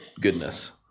goodness